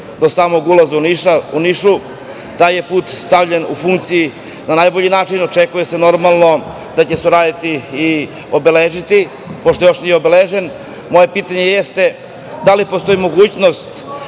do samog ulaza u Niš. Taj put je stavljen u funkciju na najbolji način. Očekuje se, normalno, da će se uradi i obeležiti, pošto još nije obeležen. Moje pitanje jeste – da li postoji mogućnost